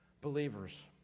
believers